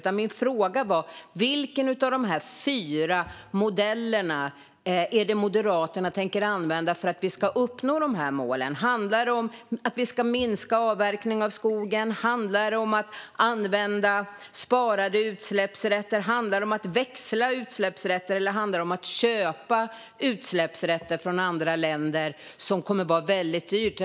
Men min fråga var vilken av de fyra modellerna Moderaterna har tänkt använda för att vi ska uppnå målen. Handlar det om att minska avverkningen av skogen, att använda sparade utsläppsrätter, att växla utsläppsrätter eller att köpa utsläppsrätter från andra länder, vilket kommer att vara väldigt dyrt?